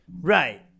Right